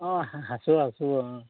অঁ আছো আছো অঁ